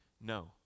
no